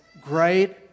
great